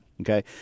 okay